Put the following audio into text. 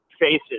faces